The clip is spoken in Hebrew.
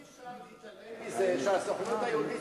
אבל אי-אפשר להתעלם מזה שהסוכנות היהודית